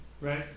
Right